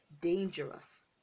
dangerous